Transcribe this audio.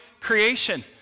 creation